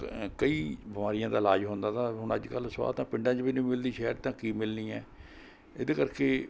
ਤ ਕਈ ਬਿਮਾਰੀਆਂ ਦਾ ਇਲਾਜ ਹੁੰਦਾ ਤਾਂ ਹੁਣ ਅੱਜ ਕੱਲ੍ਹ ਸਵਾਹ ਤਾਂ ਪਿੰਡਾਂ 'ਚ ਵੀ ਨਹੀਂ ਮਿਲਦੀ ਸ਼ਹਿਰ 'ਚ ਤਾਂ ਕੀ ਮਿਲਣੀ ਹੈ ਇਹਦੇ ਕਰਕੇ